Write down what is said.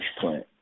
plant